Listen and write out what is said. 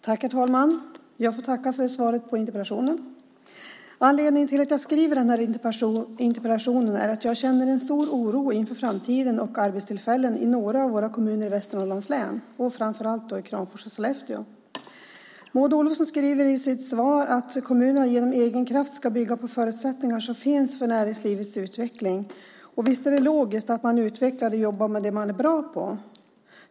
Herr talman! Jag får tacka för svaret på interpellationen. Anledningen till att jag skriver interpellationen är att jag känner en stor oro inför framtiden och arbetstillfällen i några av våra kommuner i Västernorrlands län och då framför allt i Kramfors och Sollefteå. Maud Olofsson skriver i sitt svar att kommunerna genom egen kraft ska bygga på förutsättningar som finns för näringslivets utveckling. Visst är det logiskt att man utvecklar och jobbar med det man är bra på.